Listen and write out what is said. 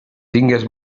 tingues